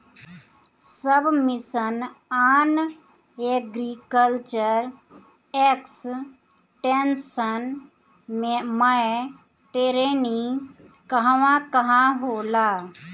सब mission on agriculture extension मै टेरेनीं कहवा कहा होला?